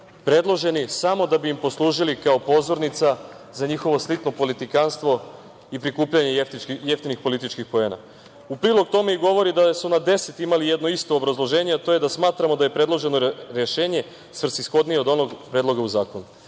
predloženi samo da bi im poslužili kao pozornica za njihovo sitno politikanstvo i prikupljanje jeftinih političkih poena.U prilog tome govori i to da su na deset imali jedno isto obrazloženje, a to je da smatramo da je predloženo rešenje svrsishodnije od onog u Predlogu zakona.